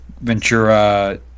ventura